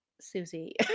Susie